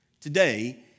Today